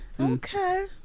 Okay